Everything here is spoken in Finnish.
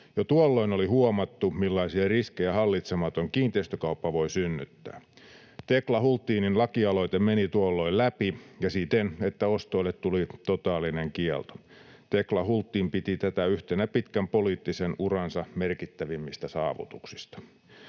Jo tuolloin oli huomattu, millaisia riskejä hallitsematon kiinteistökauppa voi synnyttää. Tekla Hultinin lakialoite meni tuolloin läpi ja siten, että ostoille tuli totaalinen kielto. Tekla Hultin piti tätä yhtenä pitkän poliittisen uransa merkittävimmistä saavutuksista.